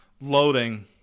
Loading